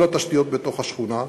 כל התשתיות בתוך השכונה,